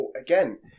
again